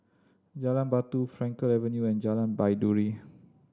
Jalan Batu Frankel Avenue and Jalan Baiduri